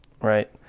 right